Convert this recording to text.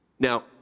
Now